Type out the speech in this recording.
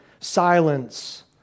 silence